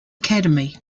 academy